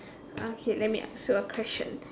okay let me ask you a question